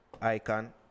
Icon